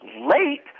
late